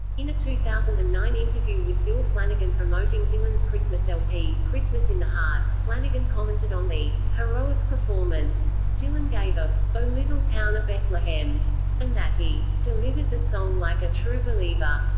in a two thousand and nine interview with bill flanagan promoting dylan's christmas lp, christmas in the heart, heart, flanagan commented on the heroic performance dylan gave of o little town of bethlehem and that he delivered the song like a true believer.